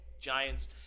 Giants